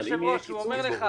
אבל אם יהיה קיצוץ,